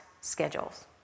schedules